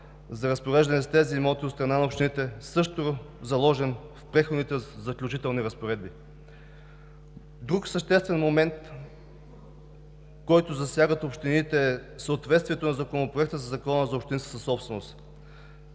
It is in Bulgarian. за разпореждане с тези имоти от страна на общините, също заложен в Преходните и заключителните разпоредби. Друг съществен момент, който засяга общините, е съответствието на Законопроекта със Закона за общинската собственост.